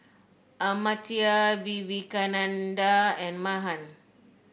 Amartya Vivekananda and Mahan